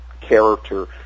character